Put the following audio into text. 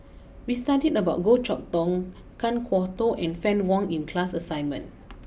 we studied about Goh Chok Tong Kan Kwok Toh and Fann Wong in class assignment